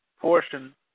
portion